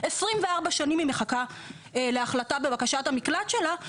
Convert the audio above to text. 24 שנים היא מחכה להחלטה בבקשת המקלט שלה,